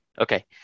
Okay